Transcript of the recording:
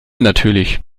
natürlich